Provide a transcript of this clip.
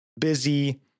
busy